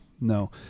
no